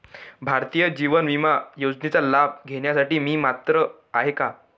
भारतीय जीवन विमा योजनेचा लाभ घेण्यासाठी मी पात्र आहे का?